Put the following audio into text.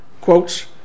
quotes